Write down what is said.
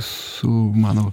su mano